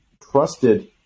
trusted